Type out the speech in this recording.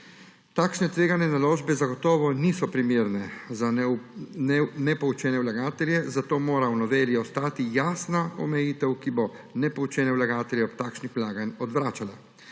Takšne tvegane naložbe zagotovo niso primerne za nepoučene vlagatelje, zato mora v noveli ostati jasna omejitev, ki bo nepoučene vlagatelje od takšnih vlaganj odvračala.